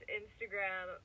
instagram